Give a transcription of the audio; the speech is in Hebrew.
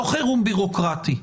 לא חירום ביורוקרטי,